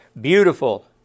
beautiful